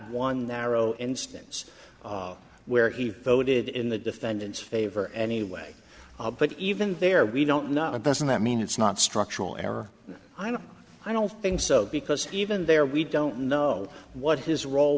one narrow instance where he voted in the defendant's favor anyway but even there we don't know it doesn't that mean it's not structural error i don't i don't think so because even there we don't know what his role